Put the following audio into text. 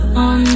on